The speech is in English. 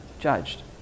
judged